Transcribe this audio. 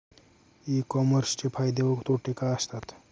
E कॉमर्सचे फायदे व तोटे काय असतात?